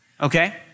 okay